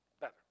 better